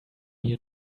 you